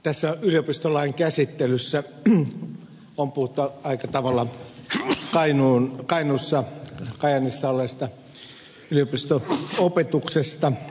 tässä yliopistolain käsittelyssä on puhuttu aika tavalla kainuussa kajaanissa olleesta yliopisto opetuksesta